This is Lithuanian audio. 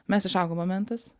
mes išaugom momentas